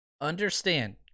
Understand